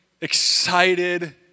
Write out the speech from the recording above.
excited